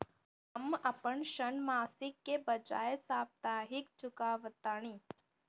हम अपन ऋण मासिक के बजाय साप्ताहिक चुकावतानी